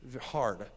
hard